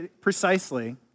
precisely